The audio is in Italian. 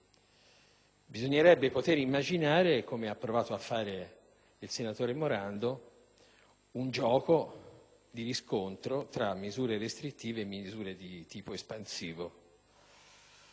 Bisognerebbe potere immaginare, come ha provato a fare il senatore Morando, un gioco di riscontro tra misure restrittive e misure di tipo espansivo.